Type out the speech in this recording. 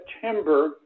September